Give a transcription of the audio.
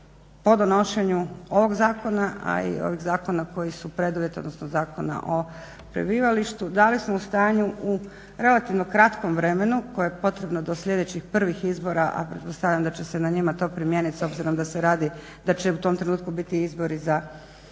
po donošenju ovog zakona a i ovih zakona koji su preduvjet odnosno Zakona o prebivalištu, da li smo u stanju u relativno kratkom vremenu koje je potrebno do sljedećih prvih izbora, a pretpostavljam da će se na njima to primijeniti s obzirom da će u tom trenutku biti izbori za EU parlament,